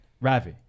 Ravi